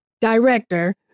director